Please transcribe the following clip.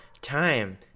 Time